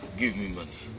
give me money!